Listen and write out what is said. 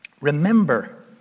Remember